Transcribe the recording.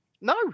No